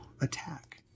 attack